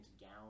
gown